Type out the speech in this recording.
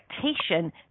expectation